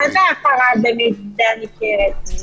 מה זה "הפרה במידה ניכרת"?